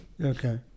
Okay